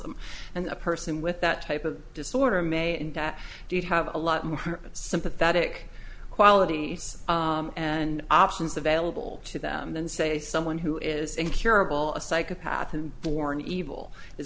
them and the person with that type of disorder may and i did have a lot more sympathetic qualities and options available to them than say someone who is incurable a psychopath who born evil is